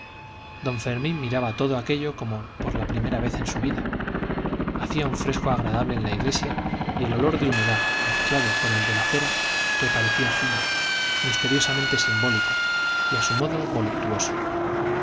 don fermín miraba todo aquello como por la primera vez de su vida hacía un fresco agradable en la iglesia y el olor de humedad mezclado con el de la cera le parecía fino misteriosamente simbólico y a su modo voluptuoso